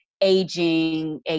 aging